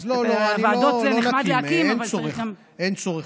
לא לא, לא נקים, אין צורך.